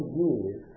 years